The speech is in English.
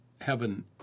heaven